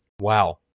Wow